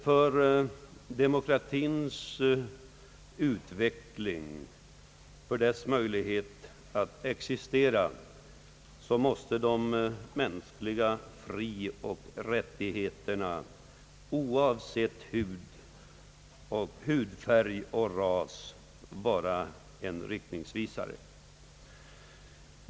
För demokratiens utveckling och för dess möjlighet att existera måste de mänskliga frioch rättigheterna oavsett hudfärg och ras vara en riktningsvisare.